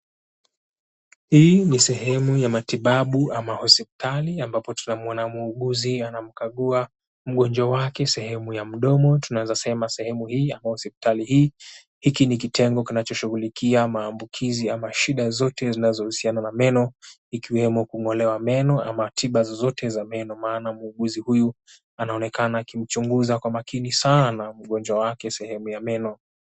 Hii ni sehemu ya matibabu ama hospitali ambapo tunamuona muuguzi anamkagua mgonjwa wake sehemu ya mdomo. Tunaeza sema sehemu hii ama hospitali hii, hiki ni kitengo kinachoshughulikia maambukizi ama shida zote zinazohusiana na meno ikiwemo kung'olewa meno ama tiba zozote za meno maana muuguzi huyu anaonekana akimchunguza kwa makini sana mgonjwa wake sehemu ya meno.